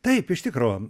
taip iš tikro